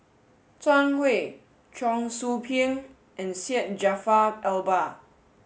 Zhang Hui Cheong Soo Pieng and Syed Jaafar Albar